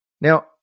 Now